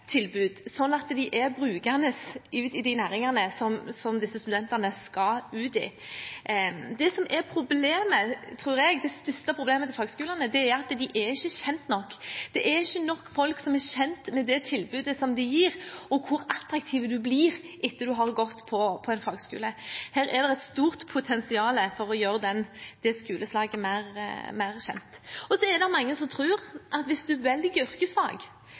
at de kan brukes i de næringene som disse studentene skal ut i. Det største problemet til fagskolene, tror jeg, er at de ikke er kjent nok. Det er ikke nok folk som er kjent med tilbudet de gir, og hvor attraktiv en blir etter å ha gått på en fagskole. Her er det et stort potensial for å gjøre dette skoleslaget mer kjent. Så er det mange som tror at hvis